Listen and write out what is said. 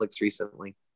recently